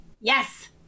Yes